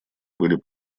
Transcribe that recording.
были